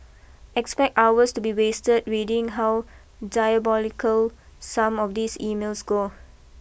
expect hours to be wasted reading how diabolical some of these emails go